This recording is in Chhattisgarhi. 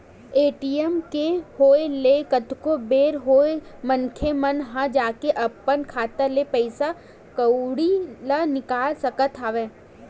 ए.टी.एम के होय ले कतको बेर होय मनखे मन ह जाके अपन खाता ले पइसा कउड़ी ल निकाल सकत हवय